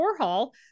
Warhol